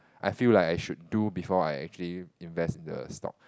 I feel like I should do before I actually invest the stock